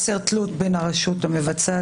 המשמעות היא שאם לא מקבלים את זה ורוצים תקציב מפורט,